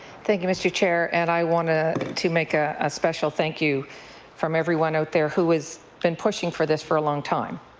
thank you, mr. chair. and i want to to make ah a special thank you from everyone out there who has been pushing for this for a long time.